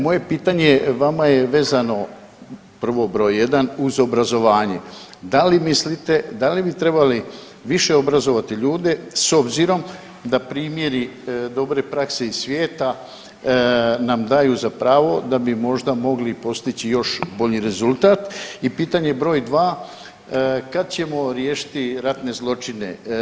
Moje pitanje vama je vezano prvo, br. 1 uz obrazovanje, da li mislite, da li bi trebali više obrazovati ljude s obzirom da primjeri dobre prakse iz svijeta nam daju za pravo da bi možda mogli postići još bolji rezultat i pitanje br. 2, kad ćemo riješiti ratne zločine.